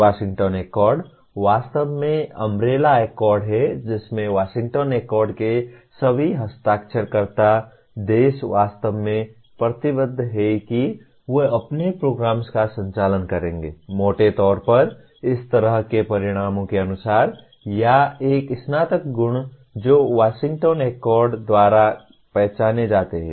Washington accord वास्तव में umbrella accord है जिसमें वाशिंगटन एकॉर्ड के सभी हस्ताक्षरकर्ता देश वास्तव में प्रतिबद्ध हैं कि वे अपने प्रोग्राम्स का संचालन करेंगे मोटे तौर पर इस तरह के परिणामों के अनुसार या एक स्नातक गुण जो वाशिंगटन एकॉर्ड द्वारा पहचाने जाते हैं